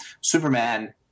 Superman